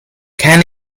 can